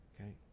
Okay